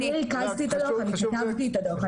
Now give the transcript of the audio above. אני ריכזתי את הדו"ח ואני כתבתי את הדו"ח,